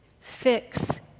fix